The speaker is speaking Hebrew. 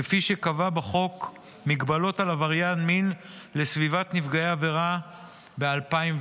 כפי שקבוע בחוק מגבלות על עבריין מין לסביבת נפגעי העבירה מ-2004.